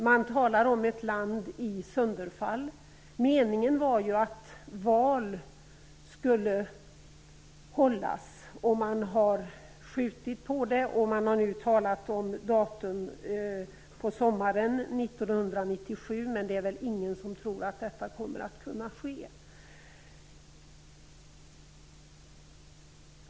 Man talar om ett land i sönderfall. Meningen var ju att val skulle hållas, men man har skjutit på det och talar nu om ett datum på sommaren 1997. Ingen tror dock att detta kommer att kunna ske.